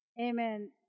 Amen